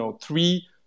three